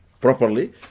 properly